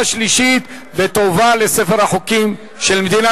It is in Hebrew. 42 בעד, 22 נגד.